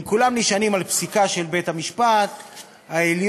הם כולם נשענים על פסיקה של בית-המשפט העליון.